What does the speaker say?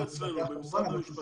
לא אצלנו, במשרד המשפטים.